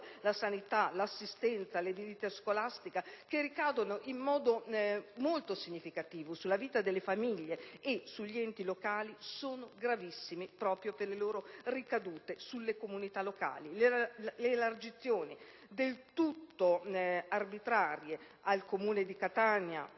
la sanità, l'assistenza, l'edilizia scolastica (che ricadono in modo molto significativo sulla vita delle famiglie e sugli enti locali), sono gravissimi proprio per le loro ricadute sulle comunità locali. Ricordo inoltre le elargizioni del tutto arbitrarie in favore del Comune di Catania,